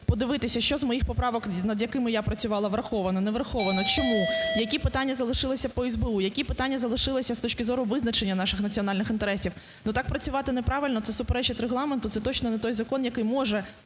подивитися, що з моїх поправок, над якими я працювала, враховано, не враховано, чому, які питання залишилися по СБУ, які питання залишилися з точки зору визначення наших національних інтересів. Ну так працювати неправильно, це суперечить Регламенту, це точно не той закон, який може